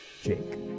Jake